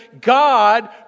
God